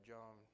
John